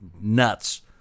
nuts